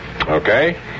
Okay